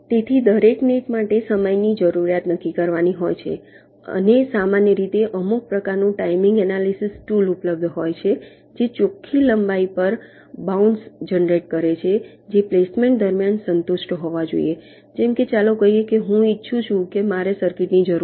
તેથી દરેક નેટ માટે સમયની જરૂરિયાત નક્કી કરવાની હોય છે અને સામાન્ય રીતે અમુક પ્રકારનું ટાઇમિંગ એનાલિસિસ ટૂલ ઉપલબ્ધ હોય છે જે ચોખ્ખી લંબાઈ પર બાઉન્ડ્સ જનરેટ કરે છે જે પ્લેસમેન્ટ દરમિયાન સંતુષ્ટ હોવા જોઈએ જેમ કે ચાલો કહીએ કે હું ઈચ્છું કે મારે સર્કિટની જરૂર છે